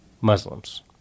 Muslims